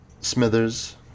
Smithers